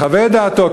מחווה את דעתו,